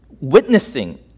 witnessing